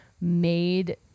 made